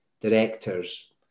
directors